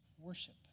worship